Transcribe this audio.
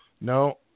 No